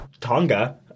Tonga